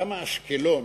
למה אשקלון